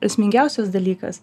esmingiausias dalykas